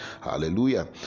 Hallelujah